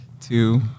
two